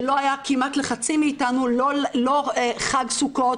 שלא היה כמעט לחצי מאיתנו לא חג סוכות